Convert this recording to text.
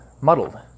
muddled